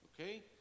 Okay